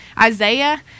Isaiah